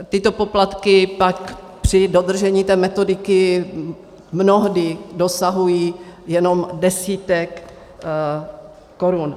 Tyto poplatky pak při dodržení té metodiky mnohdy dosahují jenom desítek korun.